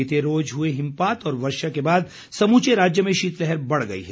बीते रोज़ हुए हिमपात और वर्षा के बाद समूचे राज्य में शीतलहर बढ़ गई है